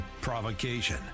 provocation